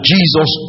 Jesus